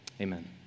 Amen